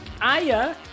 Aya